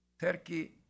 Turkey